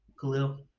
Khalil